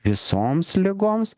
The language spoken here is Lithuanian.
visoms ligoms